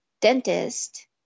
dentist